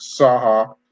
Saha